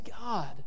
God